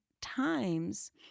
times